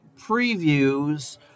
previews